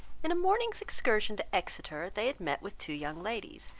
in a morning's excursion to exeter, they had met with two young ladies,